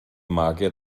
magier